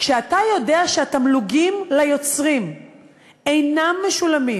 כשאתה יודע שהתמלוגים ליוצרים אינם משולמים,